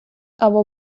або